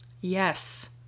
Yes